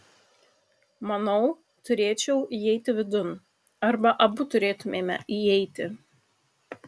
manau turėčiau įeiti vidun arba abu turėtumėme įeiti